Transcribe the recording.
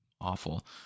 awful